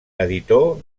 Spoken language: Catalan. editor